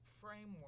framework